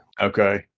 Okay